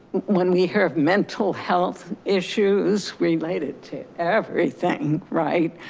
when we have mental health issues related to everything right?